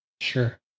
sure